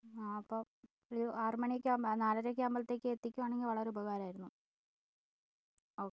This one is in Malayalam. ആ അപ്പം ഒരു ആറുമണിയൊക്കെയാവുമ്പോൾ നാലരയൊക്കെ ആവുമ്പോഴത്തേക്ക് എത്തിക്കുകയാണെങ്കിൽ വളരെ ഉപകാരമായിരുന്നു ഓക്കെ